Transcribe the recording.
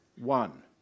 one